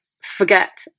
forget